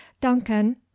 duncan